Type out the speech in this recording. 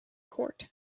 court